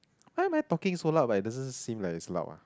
why am I talking so loud but it doesn't seem like it's loud ah